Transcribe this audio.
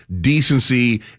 decency